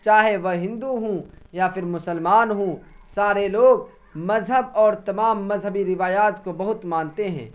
چاہے وہ ہندو ہوں یا پھر مسلمان ہوں سارے لوگ مذہب اور تمام مذہبی روایات کو بہت مانتے ہیں